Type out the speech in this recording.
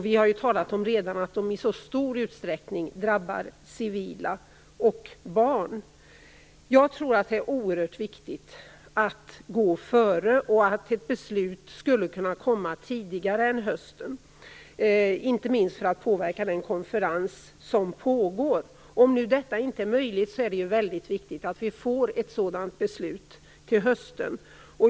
Vi har redan talat om att de i stor utsträckning drabbar civila och barn. Jag tror att det är oerhört viktigt att gå före och att ett beslut skulle kunna komma tidigare än hösten, inte minst för att påverka den konferens som pågår. Om detta inte är möjligt är det mycket viktigt att vi får ett sådant beslut till hösten.